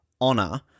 honor